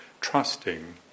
trusting